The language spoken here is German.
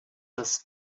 das